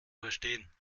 verstehen